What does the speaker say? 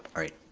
alright.